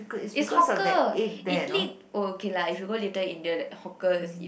is hawker it l~ oh okay lah if you go Little-India that hawker is